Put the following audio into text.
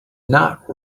not